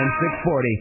640